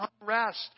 unrest